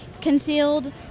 concealed